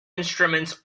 instruments